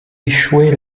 échouer